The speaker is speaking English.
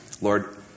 Lord